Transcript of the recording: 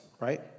right